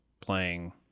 playing